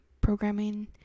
programming